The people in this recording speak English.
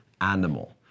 animal